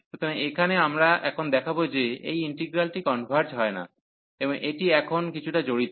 সুতরাং এখানে আমরা এখন দেখাব যে এই ইন্টিগ্রালটি কনভার্জ হয় না এবং এটি এখন কিছুটা জড়িত